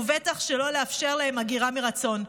ובטח שלא לאפשר להם הגירה מרצון.